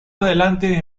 adelante